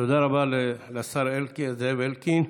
תודה רבה לשר זאב אלקין.